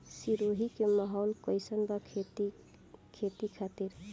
सिरोही के माहौल कईसन बा खेती खातिर?